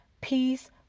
peace